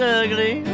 ugly